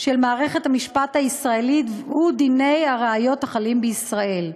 של מערכת המשפט הישראלית ודיני הראיות החלים בישראל.